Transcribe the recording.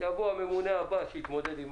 יבוא הממונה הבא שיתמודד.